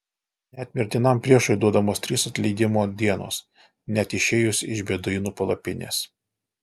net mirtinam priešui duodamos trys atleidimo dienos net išėjus iš beduinų palapinės